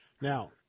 now